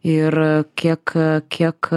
ir kiek kiek